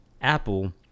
Apple